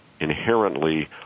inherently